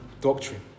doctrine